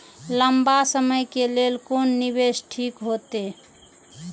लंबा समय के लेल कोन निवेश ठीक होते?